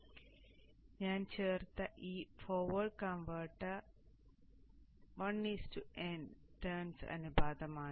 ഇപ്പോൾ ഞാൻ ചേർത്ത ഈ ഫോർവേഡ് കൺവെർട്ടർ 1n ടേൺസ് അനുപാതമാണ്